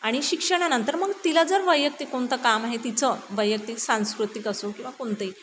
आणि शिक्षणानंतर मग तिला जर वैयक्तिक कोणतं काम आहे तिचं वैयक्तिक सांस्कृतिक असो किंवा कोणतंही